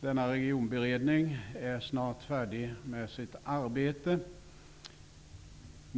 Denna regionberedning är snart färdig med sitt arbete.